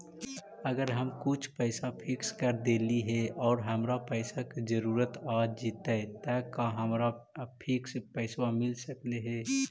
अगर हम कुछ पैसा फिक्स कर देली हे और हमरा पैसा के जरुरत आ जितै त का हमरा फिक्स पैसबा मिल सकले हे?